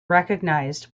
recognized